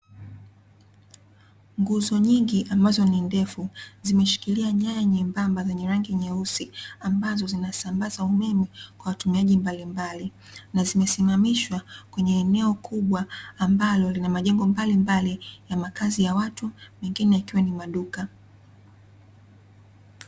Nguzo nyingi ambazo ni ndefu zimeshikilia nyaya nyembaba zenye rangi nyeusi, ambazo zinasambaza umeme kwa watumiaji mbalimbali, na zimesimamishwa kwenye eneo kubwa ambalo lina majengo mbalimbali ya makazi ya watu mengine yakiwa ni maduka.